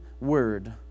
word